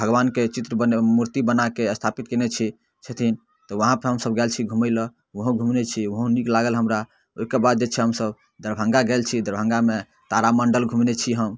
भगवानके चित्र बना मुर्ति बनाके स्थापित कयने छथिन तऽ वहाँपर गेल छी हमसब घुमै लए उहो घुमने छी उहो नीक लागल हमरा ओइके बाद जे छै से हमसब दरभङ्गा गेल छी दरभङ्गामे तारामण्डल घुमने छी हम